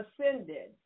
ascended